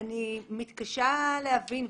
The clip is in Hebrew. אני מתקשה להבין,